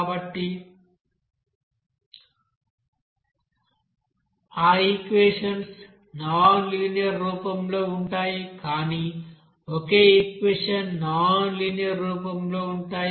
కాబట్టి ఆ equations non linear రూపంలో ఉంటాయి కానీ ఒకే ఈక్వెషన్ నాన్ లీనియర్ రూపంలో ఉంటాయి